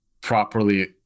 properly